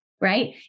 right